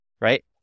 right